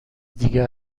دیگه